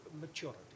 maturity